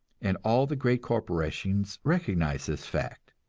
and all the great corporations recognize this fact.